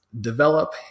develop